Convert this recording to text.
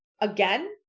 Again